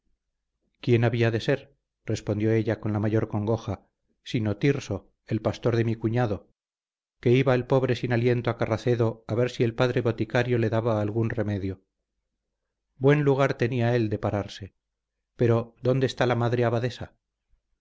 quién había de ser respondió ella con la mayor congoja sino tirso el pastor de mi cuñado que iba el pobre sin aliento a carracedo a ver si el padre boticario le daba algún remedio buen lugar tenía él de pararse pero dónde está la madre